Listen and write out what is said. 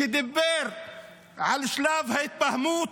שדיבר על שלב ההתבהמות,